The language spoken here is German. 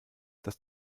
das